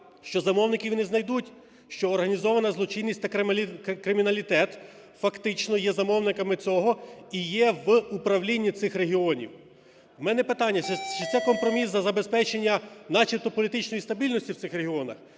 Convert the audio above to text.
що замовників не знайдуть, що організована злочинність такриміналітет фактично є замовниками цього і є в управлінні цих регіонів. У мене питання: чи це компроміс за забезпечення начебто політичної стабільності в цих регіонах?